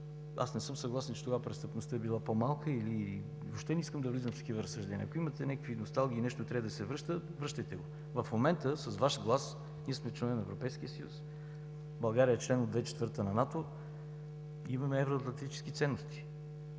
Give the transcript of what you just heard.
Не съм съгласен, че тогава престъпността е била по-малка. Въобще не искам да влизам в такива разсъждения. Ако имате някакви носталгии, че нещо трябва да се връща, връщайте го. В момента с Ваш глас ние сме членове на Европейския съюз, от 2004 г. България е член на НАТО, имаме евроатлантически ценности.